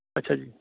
ਅੱਛਾ ਜੀ